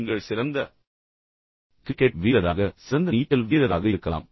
நீங்கள் சிறந்த கிரிக்கெட் வீரராக சிறந்த நீச்சல் வீரராக இருக்கலாம்